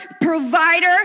provider